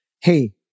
hey